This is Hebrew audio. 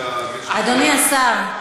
כפול, אדוני השר,